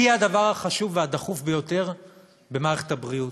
היא הדבר החשוב והדחוף ביותר במערכת הבריאות.